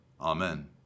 Amen